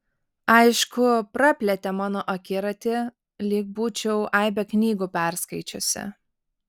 aišku praplėtė mano akiratį lyg būčiau aibę knygų perskaičiusi